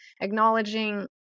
acknowledging